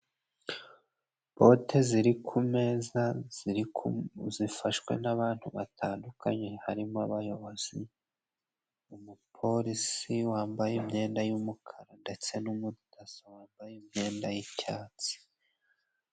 Bote ziri ku meza zifashwe n'abantu batandukanye harimo abayobozi. Umupolisi wambaye imyenda y'umukara ndetse n'umudaso wambaye imyenda. y'icyatsi